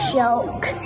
joke